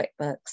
quickbooks